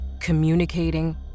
communicating